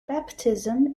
baptism